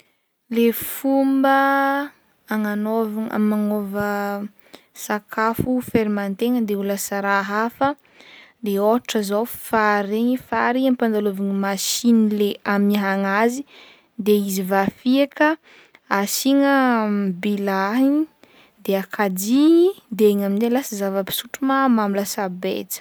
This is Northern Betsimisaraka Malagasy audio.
Le fomba agnanaova- magnôva sakafo fermentegna de ho lasa raha hafa de ôhatra zao fary regny, fary ampandalovigna machine le amiahagna azy de izy voafiaka asiagna bilahigny de akajigny de igny amin-jay lasa zava-pisotro mahamamo lasa betsa